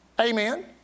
Amen